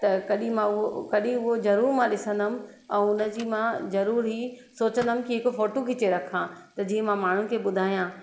त कढी मां उहो कढी उहो ज़रूरु मां ॾिसंदमि ऐं उन जी मां ज़रूरु ई सोचंदमि कि हिकु फ़ोटू खीचे रखां त जीअं मां माण्हुनि खे ॿुधायां